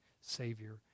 Savior